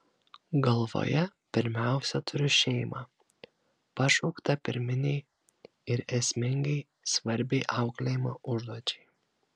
galvoje pirmiausia turiu šeimą pašauktą pirminei ir esmingai svarbiai auklėjimo užduočiai